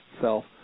self